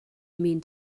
mean